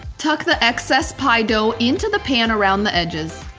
tuck the excess pie dough into the pan around the edges.